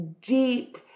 deep